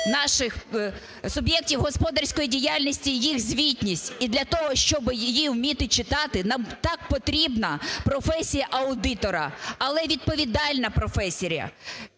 наших суб'єктів господарської діяльності, їх звітність. І для того, щоби її вміти читати, нам так потрібна професія аудитора. Але відповідальна професія.